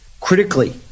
Critically